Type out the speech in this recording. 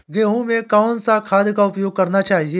गेहूँ में कौन सा खाद का उपयोग करना चाहिए?